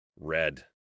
red